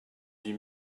huit